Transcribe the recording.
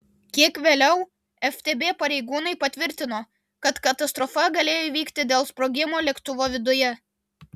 kiek vėliau ftb pareigūnai patvirtino kad katastrofa galėjo įvykti dėl sprogimo lėktuvo viduje